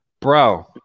bro